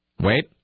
wait